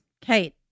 Kate